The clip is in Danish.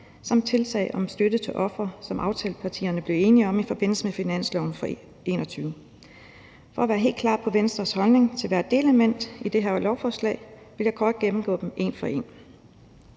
samt tiltag som støtte til ofre, som aftalepartierne blev enige om i forbindelse med finansloven for 2021. For at gøre Venstres holdning til hvert delelement i det her lovforslag helt klart vil jeg kort gennemgå dem en for en.